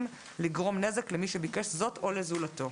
לגרום נזק למי שביקש זאת או לזולתו.